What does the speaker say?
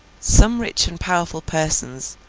some rich and powerful persons,